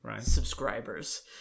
subscribers